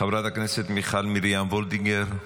חברת הכנסת מיכל מרים וולדיגר,